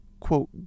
quote